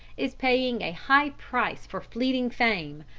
is paying a high price for fleeting fame,